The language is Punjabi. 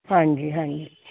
ਹਾਂਜੀ ਹਾਂਜੀ